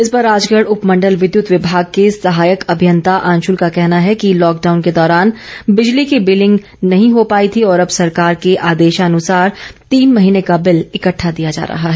इस पर राजगढ़ उपमंडल विद्युत विभाग के सहायक अभियंता आंशुल का कहना है कि लॉकडाउन के दौरान बिजली की बिलिंग नहीं हो पाई थी और अब सरकार के आदेशानुसार तीन महीने का बिल इक्ट्रठा दिया जा रहा है